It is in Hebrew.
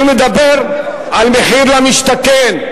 אני מדבר על מחיר למשתכן,